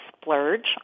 splurge